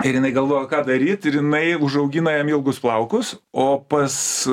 ir jinai galvojo ką daryt ir jinai užaugina jam ilgus plaukus o pas